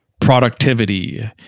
productivity